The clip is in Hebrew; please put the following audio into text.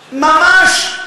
ממש.